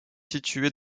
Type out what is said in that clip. situé